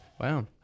Wow